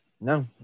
No